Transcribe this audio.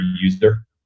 user